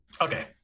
Okay